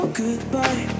goodbye